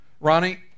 Ronnie